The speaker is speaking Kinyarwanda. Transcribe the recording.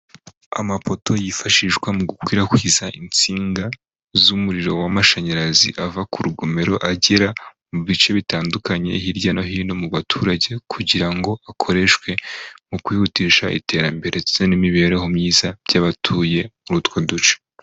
Amafoto yifashishwa mu gukwirakwiza insinga z'umuriro w'amashanyarazi ava ku rugomero agera mu bice bitandukanye hirya no hino mu baturage, kugira ngo akoreshwe mu kwihutisha iterambere ndetse n'imibereho myiza by'abatuye muri utwo duce.